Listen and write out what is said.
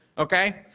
okay?